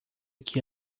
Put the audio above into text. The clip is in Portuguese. que